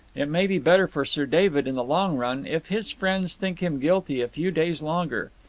it may be better for sir david in the long-run, if his friends think him guilty a few days longer.